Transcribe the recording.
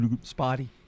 spotty